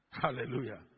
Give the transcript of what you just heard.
Hallelujah